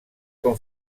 com